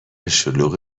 شلوغ